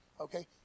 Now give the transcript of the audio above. Okay